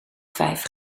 vijf